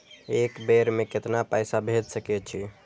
एक बेर में केतना पैसा भेज सके छी?